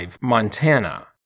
Montana